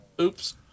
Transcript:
Oops